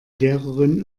lehrerin